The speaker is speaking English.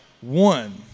One